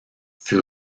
fut